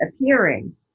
appearing